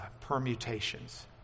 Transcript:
permutations